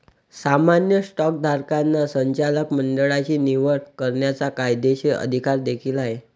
सामान्य स्टॉकधारकांना संचालक मंडळाची निवड करण्याचा कायदेशीर अधिकार देखील आहे